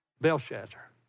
Belshazzar